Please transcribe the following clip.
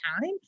time